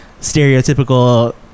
stereotypical